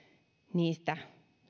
niistä